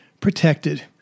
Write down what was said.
protected